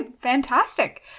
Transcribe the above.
Fantastic